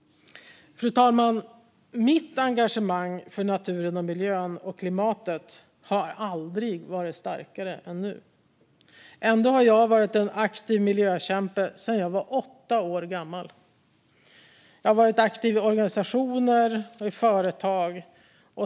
Fru talman! Mitt engagemang för naturen, miljön och klimatet har aldrig varit starkare än nu. Ändå har jag varit en aktiv miljökämpe sedan jag var åtta år gammal. Jag har varit aktiv i organisationer och i företag.